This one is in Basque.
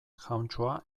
jauntxoa